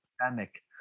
pandemic